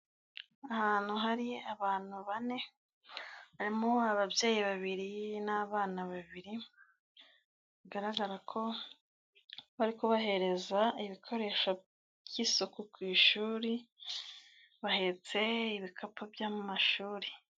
Ahantu hari abantu bane, barimo ababyeyi babiri n'abana babiri, bigaragara ko bari kubahereza ibikoresho by'isuku ku ishuri, bahetse ibikapu by'amashuri.